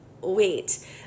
wait